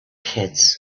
kids